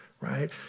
right